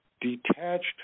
detached